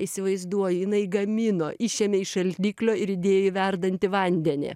įsivaizduoji jinai gamino išėmė iš šaldiklio ir įdėjo į verdantį vandenį